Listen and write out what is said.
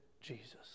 Jesus